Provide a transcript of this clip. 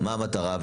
מה המטרה?